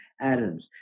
Adams